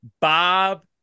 Bob